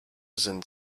sind